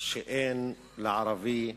שאין לערבי,